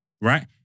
Right